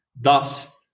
thus